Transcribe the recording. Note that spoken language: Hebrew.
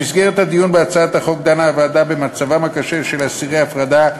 במסגרת הדיון בהצעת החוק דנה הוועדה במצבם הקשה של אסירי ההפרדה,